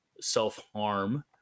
self-harm